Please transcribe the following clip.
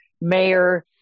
mayor